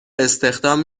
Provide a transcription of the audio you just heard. استخدام